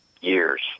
years